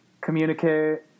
communicate